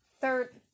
Third